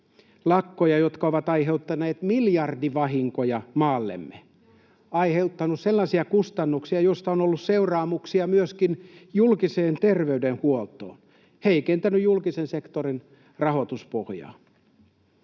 lakkoja, jotka ovat aiheuttaneet miljardivahinkoja maallemme, aiheuttaneet sellaisia kustannuksia, joista on ollut seuraamuksia myöskin julkiselle terveydenhuollolle, heikentäneet julkisen sektorin rahoituspohjaa.